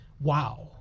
Wow